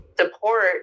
support